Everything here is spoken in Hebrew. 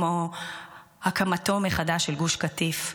כמו הקמתו מחדש של גוש קטיף,